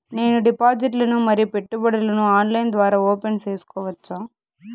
నేను డిపాజిట్లు ను మరియు పెట్టుబడులను ఆన్లైన్ ద్వారా ఓపెన్ సేసుకోవచ్చా?